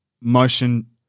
motion